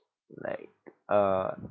like uh